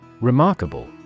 Remarkable